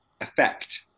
effect